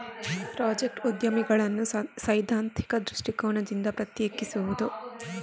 project ಉದ್ಯಮಿಗಳನ್ನು ಸೈದ್ಧಾಂತಿಕ ದೃಷ್ಟಿಕೋನದಿಂದ ಪ್ರತ್ಯೇಕಿಸುವುದು